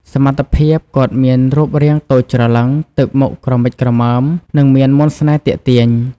សមត្ថភាព គាត់មានរូបរាងតូចច្រឡឹង ទឹកមុខក្រមិចក្រមើម និងមានមន្តស្នេហ៍ទាក់ទាញ។